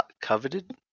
coveted